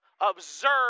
observe